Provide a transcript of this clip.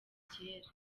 cyera